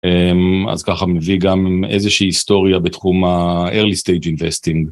אז ככה מביא גם איזושהי היסטוריה בתחום ה-early stage investing.